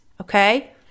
okay